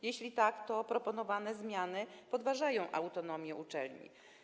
Jeśli tak, to proponowane zmiany podważają autonomię uczelni.